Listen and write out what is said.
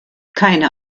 keine